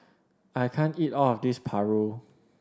I can't eat all of this Paru